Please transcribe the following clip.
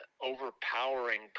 overpowering